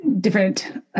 different